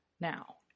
now